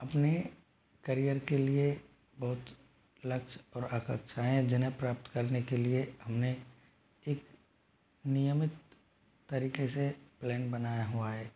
अपने करियर के लिए बहुत लक्ष्य और आकांक्षा है जिन्हें प्राप्त करने के लिए हम ने एक नियमित तरीक़े से प्लैन बनाया हुआ है